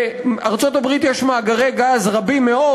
לארצות-הברית יש מאגרי גז רבים מאוד,